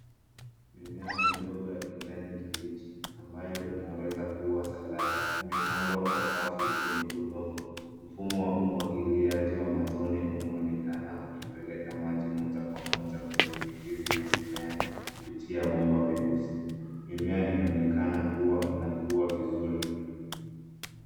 Mimea midogo ya kijani kibichi ambayo inaweza kuwa saladi imepandwa kwa safu kwenye udongo. Mfumo wa umwagiliaji wa matone unaonekana ukipeleka maji moja kwa moja kwenye mizizi ya mimea kupitia bomba meusi. Mimea inaonekana kuwa inakua vizuri.